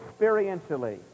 experientially